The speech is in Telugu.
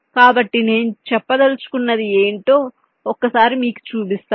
కాబట్టి నేను చెప్పదలచుకున్నది ఏంటో ఒక్కసారి మీకు చూపిస్తాను